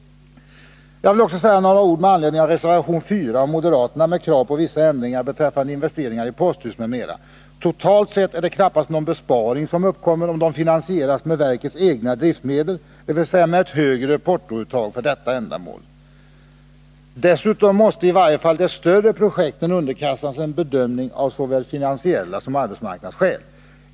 Jag vill också säga några ord med anledning av reservation 4 av moderaterna med krav på vissa ändringar beträffande investeringar i posthus m.m. Totalt sett är det knappast någon besparing som uppkommer om de finansieras med verkets egna driftmedel, dvs. med högre portouttag för detta ändamål. Dessutom måste i varje fall de större projekten underkastas en bedömning av såväl finansiella skäl som arbetsmarknadsskäl.